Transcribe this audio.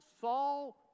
Saul